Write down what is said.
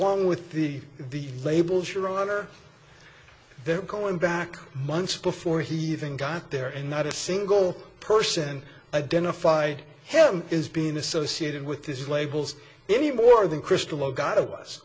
won with the the labels your honor they're going back months before he even got there and not a single person identified him is being associated with this labels any more than crystal go